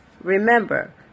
remember